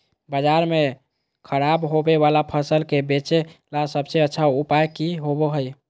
बाजार में खराब होबे वाला फसल के बेचे ला सबसे अच्छा उपाय की होबो हइ?